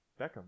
Beckham